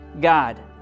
God